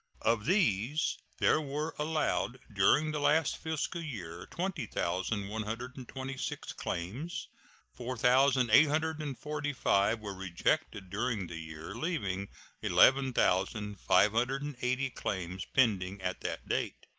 of these there were allowed during the last fiscal year twenty thousand one hundred and twenty six claims four thousand eight hundred and forty five were rejected during the year, leaving eleven thousand five hundred and eighty claims pending at that date.